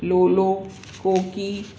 लोलो कोकी